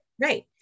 Right